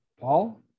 Paul